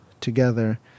together